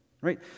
Right